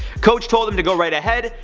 coach told him to go right ahead.